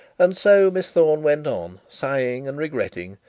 and so miss thorne went on sighing and regretting,